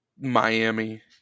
Miami –